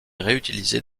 réutilisées